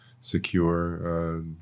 secure